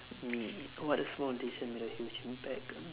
mm what a small decision made a huge impact